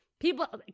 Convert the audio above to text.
People